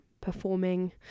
performing